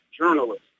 journalist